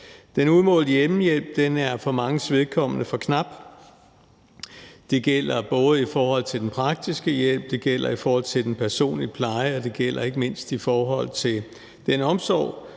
Den udmålte hjemmehjælp er for manges vedkommende for knap. Det gælder både i forhold til den praktiske hjælp, det gælder i forhold til den personlige pleje, og det gælder ikke mindst i forhold til den omsorg,